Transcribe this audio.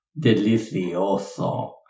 Delicioso